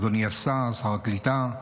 אדוני השר, שר הקליטה,